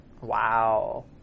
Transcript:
Wow